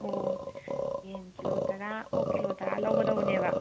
ꯑꯣ ꯌꯦꯟ ꯀꯤꯂꯣ ꯇꯔꯥ ꯑꯣꯛ ꯀꯤꯂꯣ ꯇꯔꯥ ꯂꯧꯒꯗꯧꯕꯅꯦꯕ